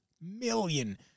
million